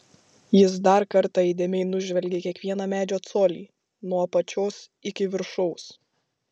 jis dar kartą įdėmiai nužvelgė kiekvieną medžio colį nuo apačios iki viršaus